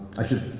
i should